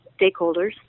stakeholders